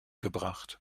gebracht